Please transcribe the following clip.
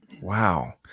Wow